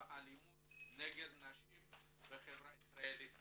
ואלימות נגד נשים בחברה הישראלית בכלל.